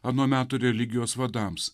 ano meto religijos vadams